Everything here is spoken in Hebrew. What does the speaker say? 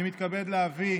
אני מתכבד להביא